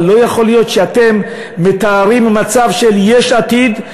אבל לא יכול להיות שאתם מתארים מצב של יש עתיד,